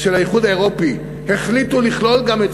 של האיחוד האירופי החליטה לכלול גם את